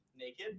naked